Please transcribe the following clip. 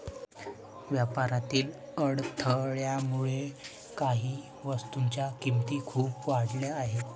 व्यापारातील अडथळ्यामुळे काही वस्तूंच्या किमती खूप वाढल्या आहेत